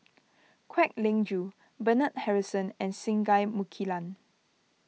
Kwek Leng Joo Bernard Harrison and Singai Mukilan